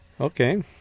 Okay